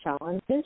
challenges